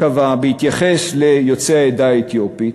בהתייחס ליוצאי העדה האתיופית,